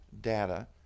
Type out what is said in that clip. data